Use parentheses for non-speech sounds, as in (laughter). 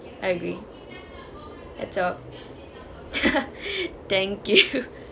I agree that's all (laughs) thank you